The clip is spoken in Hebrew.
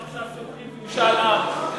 חבל ששניכם עכשיו תומכים במשאל עם.